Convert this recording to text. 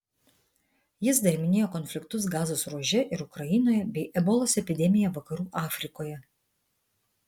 jis dar minėjo konfliktus gazos ruože ir ukrainoje bei ebolos epidemiją vakarų afrikoje